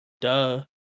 Duh